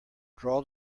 draw